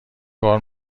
کار